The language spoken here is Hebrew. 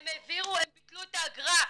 הם ביטלו את האגרה.